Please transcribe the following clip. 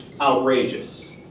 outrageous